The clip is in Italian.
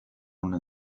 una